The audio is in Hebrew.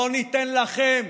לא ניתן לכם,